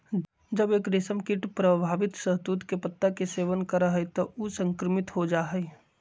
जब एक रेशमकीट प्रभावित शहतूत के पत्ता के सेवन करा हई त ऊ संक्रमित हो जा हई